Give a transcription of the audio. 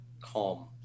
calm